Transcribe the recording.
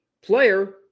player